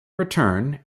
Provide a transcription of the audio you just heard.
return